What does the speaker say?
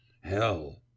Hell